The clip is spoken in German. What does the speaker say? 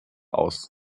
aus